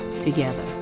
together